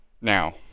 Now